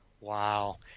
Wow